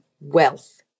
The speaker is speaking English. wealth